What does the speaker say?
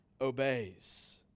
obeys